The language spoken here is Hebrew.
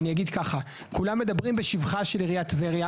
ואני אגיד ככה: כולם מדברים בשבחה של עיריית טבריה